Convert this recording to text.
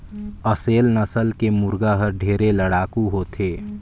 असेल नसल के मुरगा हर ढेरे लड़ाकू होथे